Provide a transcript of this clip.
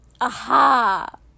Aha